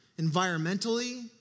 environmentally